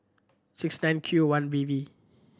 six nine Q one B V